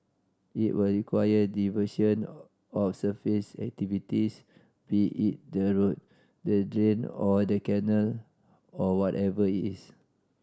it will require diversion of surface activities be it the road the drain or the canal or whatever it is